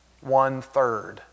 One-third